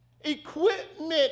equipment